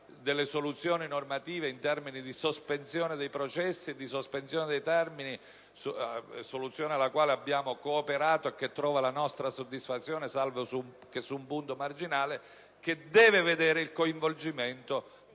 delle soluzioni normative in termini di sospensione dei processi e di sospensione dei termini, soluzione alla quale abbiamo cooperato e che trova la nostra soddisfazione, salvo che su un punto marginale - che deve vedere il coinvolgimento di tutte le